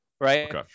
right